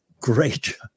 Great